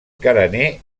carener